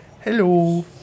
hello